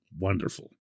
Wonderful